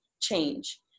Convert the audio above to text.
change